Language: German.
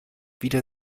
wieder